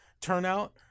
turnout